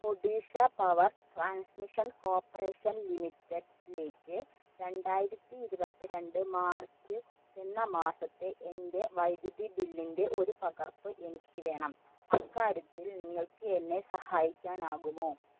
Odisha power transmission corporation ലിമിറ്റഡ്സിലേക്ക് രണ്ടായിരത്തി ഇരുപത്തി രണ്ട് മാർച്ച് എന്ന മാസത്തെ എൻ്റെ വൈദ്യുതി ബില്ലിൻ്റെ ഒരു പകർപ്പ് എനിക്ക് വേണം അക്കാര്യത്തിൽ നിങ്ങൾക്ക് എന്നെ സഹായിക്കാനാകുമോ